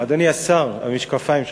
אדוני השר, המשקפיים שלך.